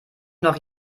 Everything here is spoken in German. noch